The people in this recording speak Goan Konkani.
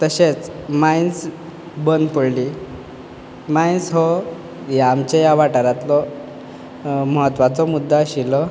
तशेंच मायन्स बंद पडली मायन्स हो आमच्या ह्या वाटारांतलो महत्वाचो मुद्दो आशिल्लो